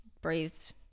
breathed